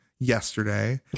Yesterday